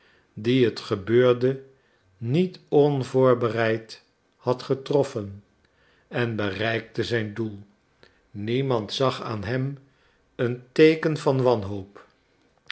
dien het gebeurde niet onvoorbereid had getroffen en bereikte zijn doel niemand zag aan hem een teeken van wanhoop